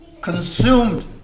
consumed